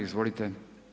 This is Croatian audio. Izvolite.